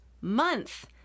month